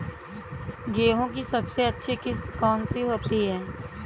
गेहूँ की सबसे अच्छी किश्त कौन सी होती है?